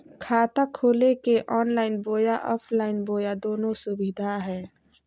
खाता खोले के ऑनलाइन बोया ऑफलाइन बोया दोनो सुविधा है?